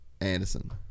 Anderson